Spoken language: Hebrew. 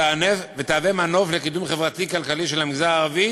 ותהווה מנוף לקידום חברתי-כלכלי של המגזר הערבי